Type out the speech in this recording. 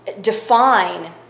define